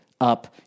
up